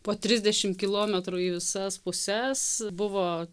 po trisdešimt kilometrų į visas puses buvo